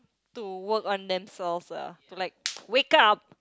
to work on themselves lah to like wake up